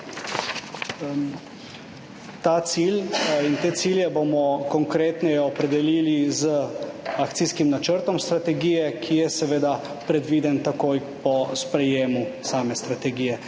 Ta cilj in te cilje bomo konkretneje opredelili z akcijskim načrtom strategije, ki je seveda predviden takoj po sprejetju same strategije.